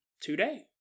today